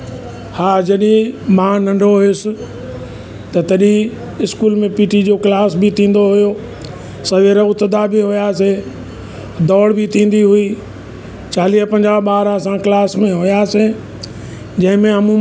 हा जॾहिं मां नंढो हुअसि त तॾहिं इस्कूल में पी टी जो क्लास बि थींदो हुओ सवेल उथंदा बि हुआसीं डोड़ बि थींदी हुई चालीह पंजाह ॿार असां क्लास में हुआसीं जंहिं में अमुकनि मां